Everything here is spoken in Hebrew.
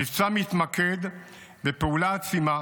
המבצע מתמקד בפעולה עצימה